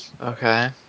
Okay